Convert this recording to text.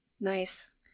Nice